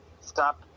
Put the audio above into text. stop